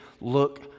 look